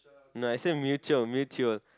no I say mutual mutual